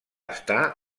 estar